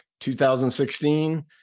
2016